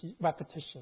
repetition